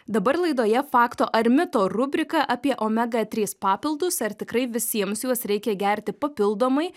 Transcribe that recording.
dabar laidoje fakto ar mito rubrika apie omega trys papildus ar tikrai visiems juos reikia gerti papildomai